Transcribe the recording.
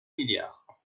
milliards